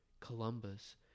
Columbus